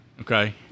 Okay